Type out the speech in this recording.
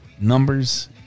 numbers